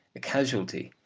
a casuality,